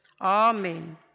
Amen